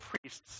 priests